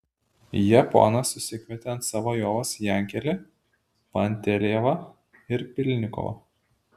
japonas susikvietė ant savo lovos jankelį pantelejevą ir pylnikovą